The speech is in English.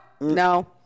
No